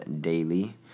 daily